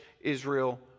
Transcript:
Israel